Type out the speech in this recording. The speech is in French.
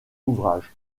ouvrages